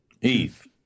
Eve